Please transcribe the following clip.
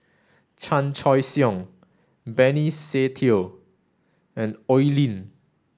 Chan Choy Siong Benny Se Teo and Oi Lin